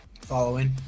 Following